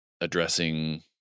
Addressing